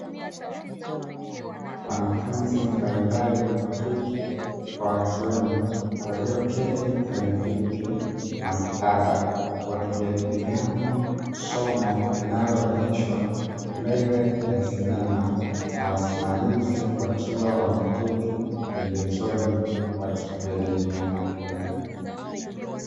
Wanafunzi mbalimbali wakike na wakiume walioketi kwenye viti maktaba, wakijadiliana somo linalooneshwa mbele ya sinema na wasimamizi wakiwa wameketi pembezoni wakijadiliana pia.